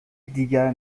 دیگر